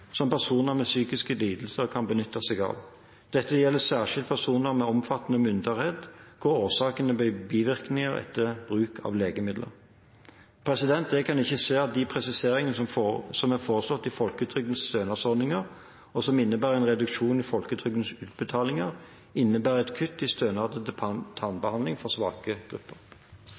som personer med psykiske lidelser kan benytte seg av. Dette gjelder særskilt personer med omfattende munntørrhet, hvor årsaken er bivirkninger ved bruk av legemidler. Jeg kan ikke se at de presiseringene som er foreslått i folketrygdens stønadsordninger, og som innebærer en reduksjon i folketrygdens utbetalinger, innebærer et kutt i stønaden til tannbehandling for svake grupper.